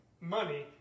money